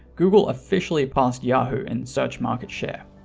google officially passed yahoo in search market share.